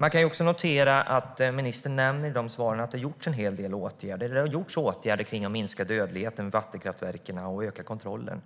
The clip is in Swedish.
Man kan notera att ministern nämner att det har vidtagits en hel del åtgärder för att minska dödligheten kring vattenkraftverken och öka kontrollen.